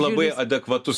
labai adekvatus